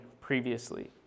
previously